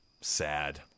Sad